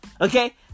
Okay